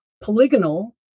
polygonal